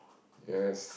yes